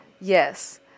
Yes